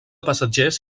passatgers